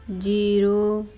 zero